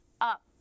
up